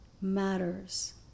matters